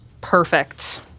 Perfect